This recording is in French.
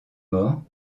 morts